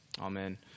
Amen